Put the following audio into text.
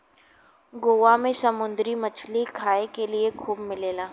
गोवा में समुंदरी मछरी खाए के लिए खूब मिलेला